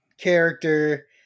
character